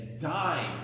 dying